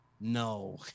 No